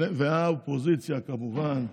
האופוזיציה שהייתה אז, כמובן,